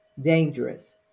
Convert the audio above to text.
dangerous